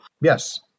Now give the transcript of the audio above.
Yes